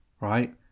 Right